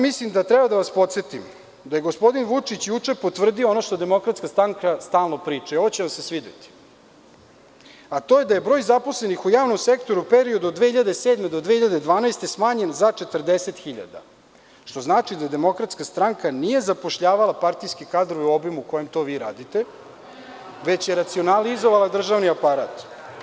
Mislim da treba da vas podsetim da je gospodin Vučić juče potvrdio ono što DS stalno priča i ovo će vam se svideti, a to je da je broj zaposlenih u javnom sektoru u periodu od 2007. do 2012. godine smanjen za 40.000, što znači da DS nije zapošljavala partijske kadrove u obimu u kojem vi to radite, već je racionalizovala državni aparat.